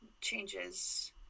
changes